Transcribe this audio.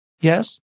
Yes